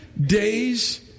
days